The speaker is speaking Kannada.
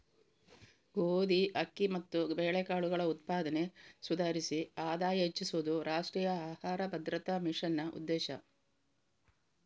ಗೋಧಿ, ಅಕ್ಕಿ ಮತ್ತು ಬೇಳೆಕಾಳುಗಳ ಉತ್ಪಾದನೆ ಸುಧಾರಿಸಿ ಆದಾಯ ಹೆಚ್ಚಿಸುದು ರಾಷ್ಟ್ರೀಯ ಆಹಾರ ಭದ್ರತಾ ಮಿಷನ್ನ ಉದ್ದೇಶ